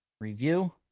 review